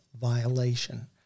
violation